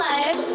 Life